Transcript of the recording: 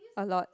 a lot